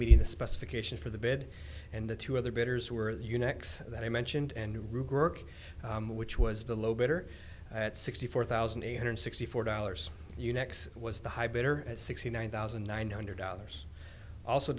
meeting the specifications for the bed and the two other bidders were the unix that i mentioned and route which was the low better at sixty four thousand eight hundred sixty four dollars unix was the high better at sixty one thousand nine hundred dollars also